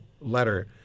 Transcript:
letter